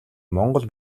монгол